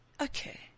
Okay